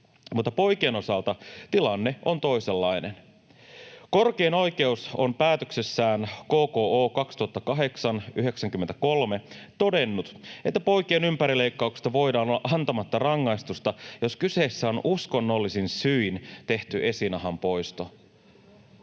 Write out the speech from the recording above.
mutta poikien osalta tilanne on toisenlainen. Korkein oikeus on päätöksessään, KKO 2008:93, todennut, että poikien ympärileikkauksesta voidaan olla antamatta rangaistusta, jos kyseessä on uskonnollisin syin tehty esinahan poisto.